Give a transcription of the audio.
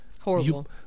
Horrible